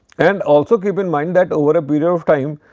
and also keep in mind that over a period of time,